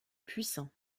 puissant